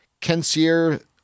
Kensier